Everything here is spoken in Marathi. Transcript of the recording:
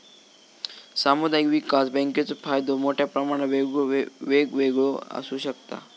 सामुदायिक विकास बँकेचो फायदो मोठ्या प्रमाणात वेगवेगळो आसू शकता